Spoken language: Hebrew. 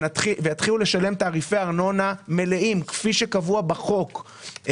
כדי יתחילו לשלם תעריפי ארנונה מלאים כפי שקבועים בחוק.